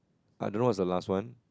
I don't know what's the last one